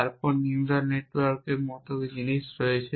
তারপরে নিউরাল নেটওয়ার্কের মতো জিনিস রয়েছে